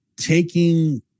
taking